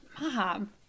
mom